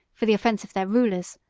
for the offence of their rulers,